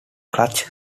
clutch